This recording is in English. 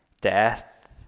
death